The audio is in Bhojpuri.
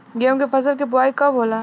गेहूं के फसल के बोआई कब होला?